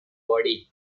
body